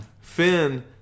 Finn